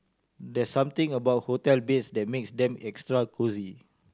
there something about hotel beds that makes them extra cosy